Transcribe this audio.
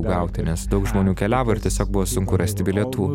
gauti nes daug žmonių keliavo ir tiesiog buvo sunku rasti bilietų